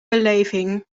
beleving